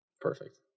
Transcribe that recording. Perfect